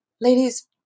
Ladies